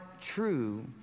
true